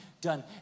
done